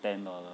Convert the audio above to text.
ten dollar